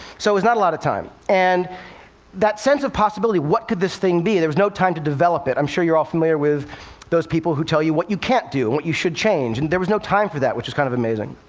so it was not a lot of time. and that sense of possibility what could this thing be? there was no time to develop it. i'm sure you're all familiar with people who tell you what you can't do and what you should change. and there was no time for that, which is kind of amazing.